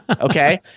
okay